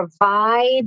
provide